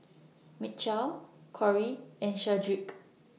Mitchell Kori and Shedrick